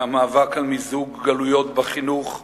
מהמאבק על מיזוג גלויות בחינוך,